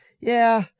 Yeah